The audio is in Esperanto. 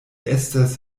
estas